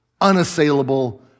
unassailable